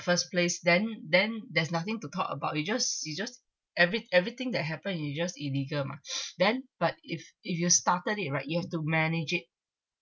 first place then then there's nothing to talk about you just you just every everything that happened you just illegal mah then but if if you started it right you have to manage it